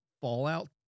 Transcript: fallout